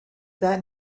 that